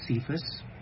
Cephas